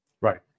right